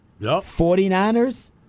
49ers